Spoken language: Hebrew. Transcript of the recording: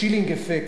chilling effect,